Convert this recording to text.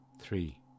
Three